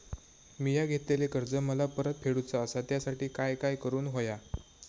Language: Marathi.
मिया घेतलेले कर्ज मला परत फेडूचा असा त्यासाठी काय काय करून होया?